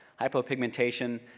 Hypopigmentation